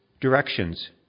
directions